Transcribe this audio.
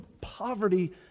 poverty